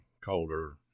colder